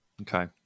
Okay